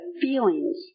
feelings